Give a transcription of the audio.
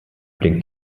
blinkt